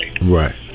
Right